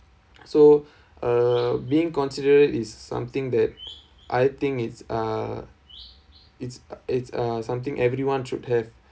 so uh being considerate is something that I think it's uh it's it's uh something everyone should have